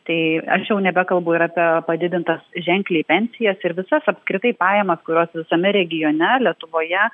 tai aš jau nebekalbu ir apie padidintas ženkliai pensijas ir visas apskritai pajamas kurios visame regione lietuvoje